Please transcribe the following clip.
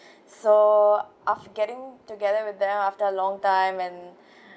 so af~ getting together with them after a long time and